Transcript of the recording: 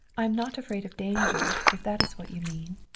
i am not afraid of danger, if that is what you mean.